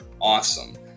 awesome